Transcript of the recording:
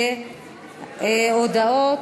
להודעות.